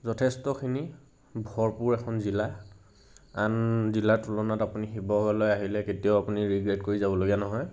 যথেষ্টখিনি ভৰপূৰ এখন জিলা আন জিলাৰ তুলনাত আপুনি শিৱসাগৰলৈ আহিলে কেতিয়াও আপুনি ৰিগ্ৰেট কৰি যাবলগীয়া নহয়